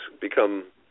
become